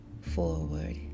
forward